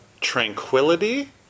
tranquility